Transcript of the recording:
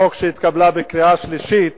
בקריאה שלישית